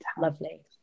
lovely